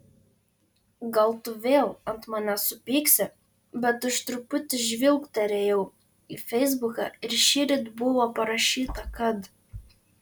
gal tu vėl ant manęs supyksi bet aš truputį žvilgterėjau į feisbuką ir šįryt buvo parašyta kad